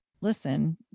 listen